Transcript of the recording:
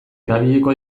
erabiliko